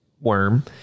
worm